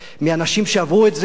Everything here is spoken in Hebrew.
מאנשים שעברו את זה.